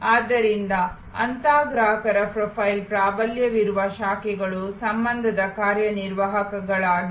ಆದ್ದರಿಂದ ಅಂತಹ ಗ್ರಾಹಕರ ಪ್ರೊಫೈಲ್ ಪ್ರಾಬಲ್ಯವಿರುವ ಶಾಖೆಗಳು ಸಂಬಂಧದ ಕಾರ್ಯನಿರ್ವಾಹಕಗಳಾಗಿವೆ